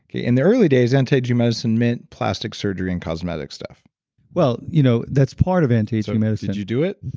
yeah in the early days anti-aging medicine meant plastic surgery and cosmetic stuff well, you know that's part of anti-aging medicine did you do it?